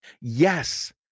Yes